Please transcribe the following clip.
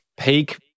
Peak